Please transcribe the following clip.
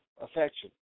affection